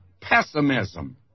pessimism